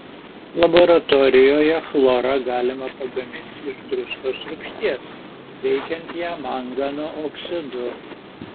laboratorijoje chlorą galima pagaminti iš druskos rūgšties veikiant ją mangano oksidu